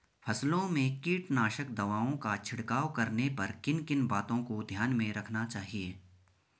फसलों में कीटनाशक दवाओं का छिड़काव करने पर किन किन बातों को ध्यान में रखना चाहिए?